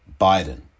Biden